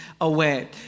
away